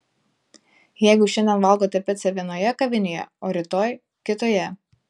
jeigu šiandien valgote picą vienoje kavinėje o rytoj kitoje